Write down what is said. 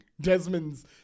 Desmond's